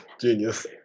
Genius